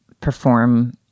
perform